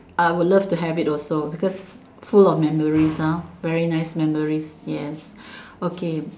I would love to have it also because full of memories lor very nice memories yes okay